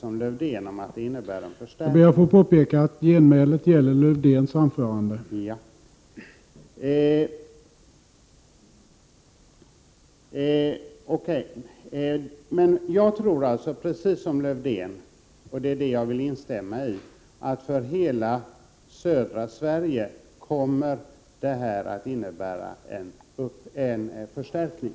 Det kan bli en förstärkning för Blekinges del, men det kan också bli en försvagning. Jag har i alla fall samma uppfattning som Lars-Erik Lövdén, nämligen att en bro skulle innebära en förstärkning.